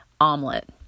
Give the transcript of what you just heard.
omelet